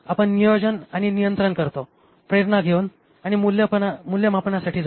आपण नियोजन आणि नियंत्रण करतो प्रेरणा घेऊ आणि मूल्यमापनासाठी जाऊ